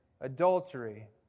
adultery